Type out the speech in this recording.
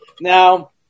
Now